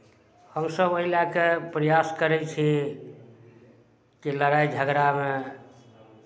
हमसभ एहि लऽ कऽ प्रयास करै छी कि लड़ाइ झगड़ामे